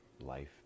life